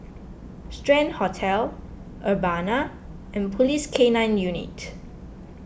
Strand Hotel Urbana and Police K nine Unit